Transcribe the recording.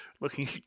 looking